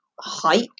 hike